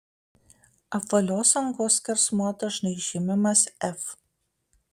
apvalios angos skersmuo dažnai žymimas f